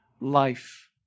life